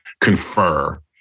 confer